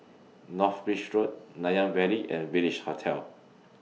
North Bridge Road Nanyang Valley and Village Hotel